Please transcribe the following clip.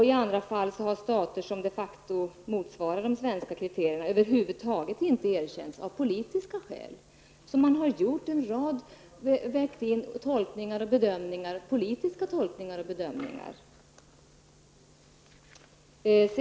I andra fall har stater som de facto motsvarar de svenska kriterierna över huvud taget inte erkänts, av politiska skäl. Så man har vägt in en rad politiska tolkningar och bedömningar.